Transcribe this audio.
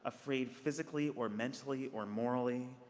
afraid physically or mentally or morally,